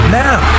now